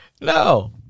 No